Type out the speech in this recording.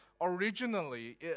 Originally